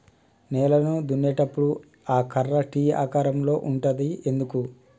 నేలను దున్నేటప్పుడు ఆ కర్ర టీ ఆకారం లో ఉంటది ఎందుకు?